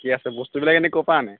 ঠিক আছে বস্তুবিলাক এনে ক'ৰ পৰা আনে